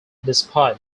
despite